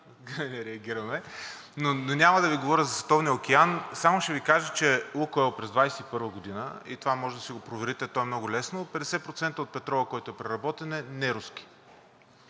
не реагираме, но няма да Ви говоря за Световния океан, а само ще Ви кажа, че „Лукойл“ през 2021 г., и това може да си го проверите, а то е много лесно, 50% от петрола, който е преработен, е неруски,